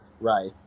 right